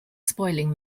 spoiling